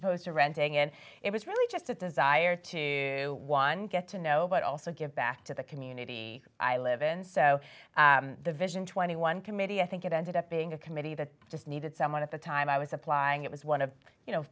opposed to renting and it was really just a desire to one get to know but also give back to the community i live in so the vision twenty one committee i think it ended up being a committee that just needed someone at the time i was applying it was one of you know